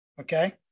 Okay